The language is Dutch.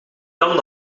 kan